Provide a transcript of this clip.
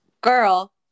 girl